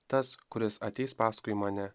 tas kuris ateis paskui mane